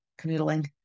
canoodling